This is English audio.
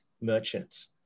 merchants